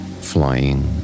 flying